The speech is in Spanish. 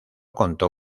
contó